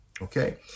okay